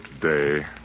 today